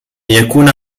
يكون